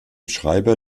schreiber